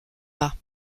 pas